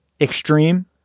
extreme